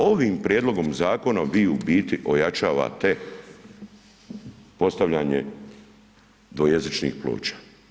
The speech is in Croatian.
Ovim prijedlogom zakona vi u biti ojačavate postavljanje dvojezičnih ploča.